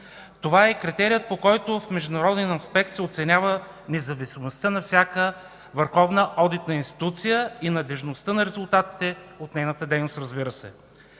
Това е и критерият, по който в международен аспект се оценява независимостта на всяка върховна одитна институция и надеждността на резултатите от нейната дейност, разбира се.